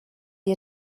ihr